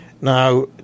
Now